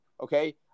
okay